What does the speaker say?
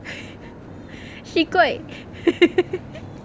she quite